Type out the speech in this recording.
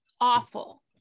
awful